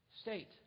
state